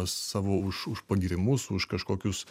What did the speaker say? savo už pagyrimus už kažkokius